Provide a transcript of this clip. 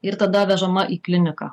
ir tada vežama į kliniką